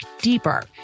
deeper